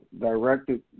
directed